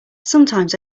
sometimes